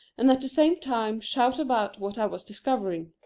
and at the same time shout about what i was discovering.